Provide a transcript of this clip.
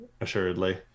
assuredly